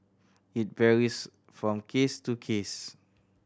it varies from case to case